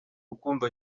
rukundo